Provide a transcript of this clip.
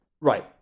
Right